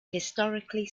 historically